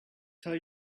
tell